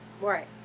Right